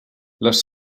les